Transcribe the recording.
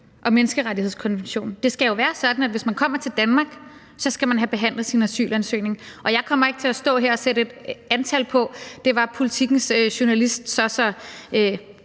og menneskerettighedskonventionen. Det skal jo være sådan, at hvis man kommer til Danmark, skal man have behandlet sin asylansøgning. Og jeg kommer ikke til at stå her og sætte et antal på. Det var Politikens journalist, så